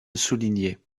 souligner